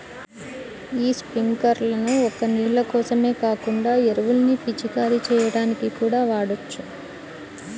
యీ స్పింకర్లను ఒక్క నీళ్ళ కోసమే కాకుండా ఎరువుల్ని పిచికారీ చెయ్యడానికి కూడా వాడొచ్చు